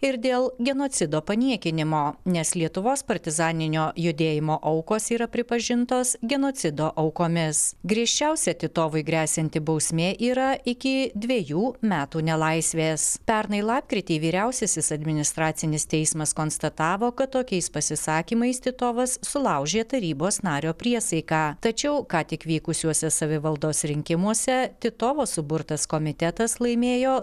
ir dėl genocido paniekinimo nes lietuvos partizaninio judėjimo aukos yra pripažintos genocido aukomis griežčiausia titovui gresianti bausmė yra iki dvejų metų nelaisvės pernai lapkritį vyriausiasis administracinis teismas konstatavo kad tokiais pasisakymais titovas sulaužė tarybos nario priesaiką tačiau ką tik vykusiuose savivaldos rinkimuose titovo suburtas komitetas laimėjo